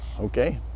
Okay